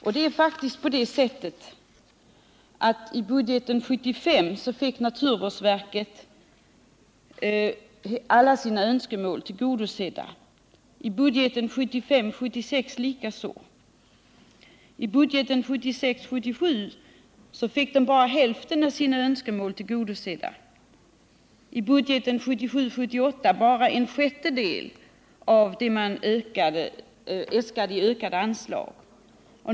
Det är faktiskt så att i budgeten för 1974 76 likaså. I budgeten för 1976 78 bara en sjättedel av det man önskade i ökade anslag.